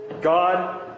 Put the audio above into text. God